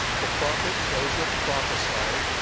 the prophet joseph prophesied,